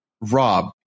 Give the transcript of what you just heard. Rob